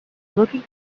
looking